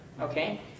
Okay